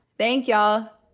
thank y'all.